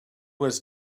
was